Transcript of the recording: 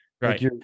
Right